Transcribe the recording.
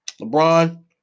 LeBron